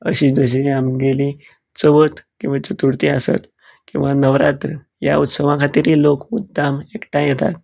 हरशीं जशी आमगेली चवथ किंवां चतुर्थी आसत किंवां नवरात्र ह्या उत्सवा खातीर हे लोक मुद्दम एकठांय येतात